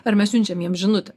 ar mes siunčiam jiem žinutę